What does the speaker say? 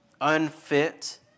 unfit